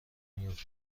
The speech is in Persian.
میافتد